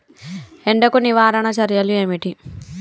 ఎండకు నివారణ చర్యలు ఏమిటి?